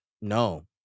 no